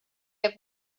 have